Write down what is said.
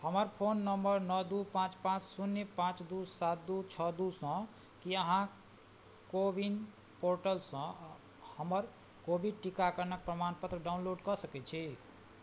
हमर phone number नओ दुइ पाँच पाँच शून्य पाँच दुइ सात दू छओ दुइ सओ कि अहाँ कोविन पोर्टलसँ हमर कोविड टीकाकरणके प्रमाणपत्र डाउनलोड कऽ सकै छी